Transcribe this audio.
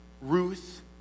Ruth